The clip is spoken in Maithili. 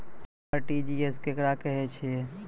आर.टी.जी.एस केकरा कहैत अछि?